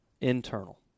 internal